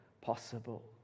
Possible